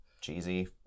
cheesy